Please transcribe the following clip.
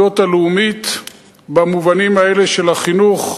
הלאומית במובנים האלה של החינוך,